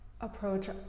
approach